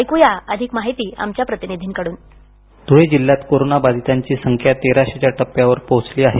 ऐक्या अधिक माहिती आमच्या प्रतिनिधी कडून ध्ळे जिल्ह्यात कोरोना बाधितांची संख्या तेराशे च्या टप्प्यावर पोहोचली आहे